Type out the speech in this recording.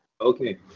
Okay